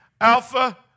alpha